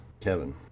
Kevin